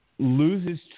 loses